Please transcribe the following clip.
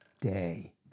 day